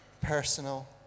Personal